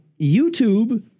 YouTube